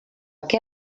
què